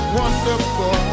wonderful